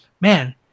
man